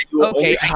okay